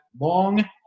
long